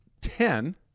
ten